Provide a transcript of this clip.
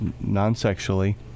non-sexually